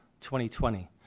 2020